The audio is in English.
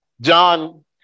John